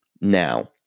Now